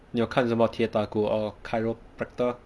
你有看什么铁打骨 or chiropractor